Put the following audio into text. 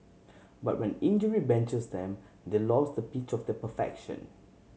but when injury benches them they lose the pitch of the perfection